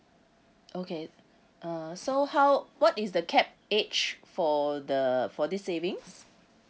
okay uh so how what is the cap age for the for this savings